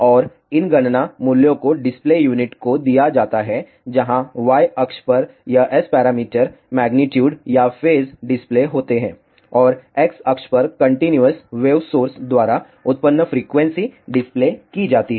और इन गणना मूल्यों को डिस्प्ले यूनिट को दिया जाता है जहां Y अक्ष पर यह S पैरामीटर मेग्नीट्यूड या फेज डिस्प्ले होते हैं और X अक्ष पर कंटीन्यूअस वेव सोर्स द्वारा उत्पन्न फ्रीक्वेंसी डिस्प्ले की जाती है